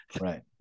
right